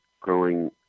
growing